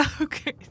Okay